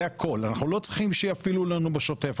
אנחנו לא צריכים שיפעילו לנו בשוטף.